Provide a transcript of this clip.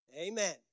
Amen